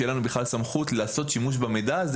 שתהיה לנו סמכות לעשות שימוש במידע הזה